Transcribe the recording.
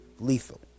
lethal